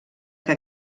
que